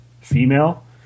female